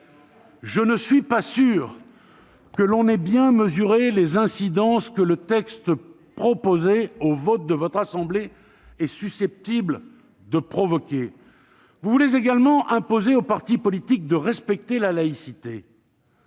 Je ne suis pas sûr que l'on ait bien mesuré les incidences que le texte proposé au vote de votre assemblée est susceptible de provoquer ... Vous voulez également imposer aux partis politiques de respecter la laïcité.